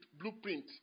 blueprint